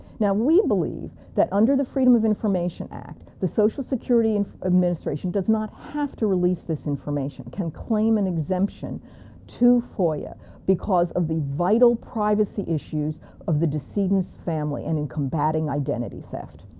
now we believe that under the freedom of information act, the social security and administration does not have to release this information, can claim an exemption to foia because of the vital privacy issues of the decedent's family and and combating identity theft.